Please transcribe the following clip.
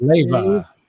Leva